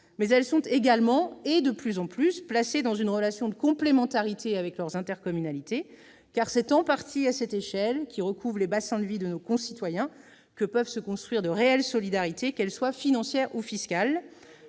mais elles sont également, et de plus en plus, placées dans une relation de complémentarité avec leurs intercommunalités, car c'est en partie à cette échelle, qui recouvre les bassins de vie de nos concitoyens, que peuvent se construire de réelles solidarités, qu'elles soient financières ou fiscales.